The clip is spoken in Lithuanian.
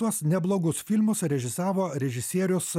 tuos neblogus filmus režisavo režisierius